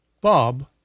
Bob